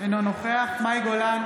אינו נוכח מאי גולן,